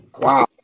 Wow